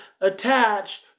attached